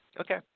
Okay